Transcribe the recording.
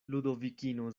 ludovikino